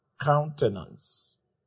countenance